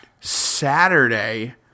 saturday